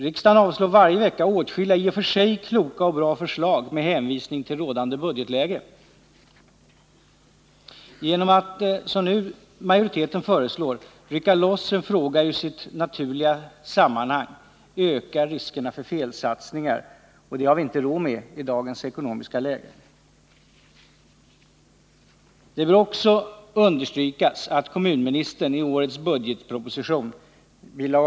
Riksdagen avslår varje vecka åtskilliga i och för sig kloka och bra förslag med hänvisning till rådande budgetläge. Genom att, som majoriteten föreslår, rycka loss en fråga ur sitt naturliga sammanhang ökar vi riskerna för felsatsningar. Det har vi inte råd med i dagens ekonomiska läge. Det bör också understrykas att kommunministern i årets budgetproposition, bil.